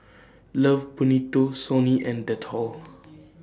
Love Bonito Sony and Dettol